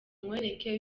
nkwereke